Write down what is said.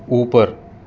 اوپر